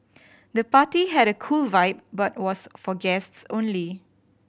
the party had a cool vibe but was for guests only